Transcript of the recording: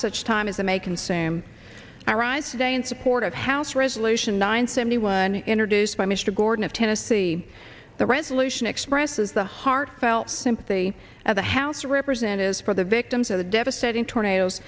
such time as i may consume i rise today in support of house resolution nine seventy one introduced by mr gordon of tennessee the resolution expresses the heartfelt sympathy of the house of representatives for the victims of the devastating tornado